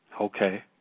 Okay